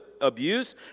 abuse